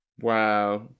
wow